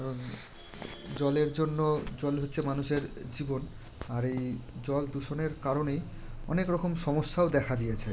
কারণ জলের জন্য জল হচ্ছে মানুষের জীবন আর এই জল দূষণের কারণেই অনেক রকম সমস্যাও দেখা দিয়েছে